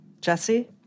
Jesse